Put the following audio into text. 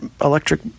electric